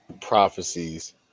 prophecies